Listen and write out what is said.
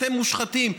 אתם מושחתים,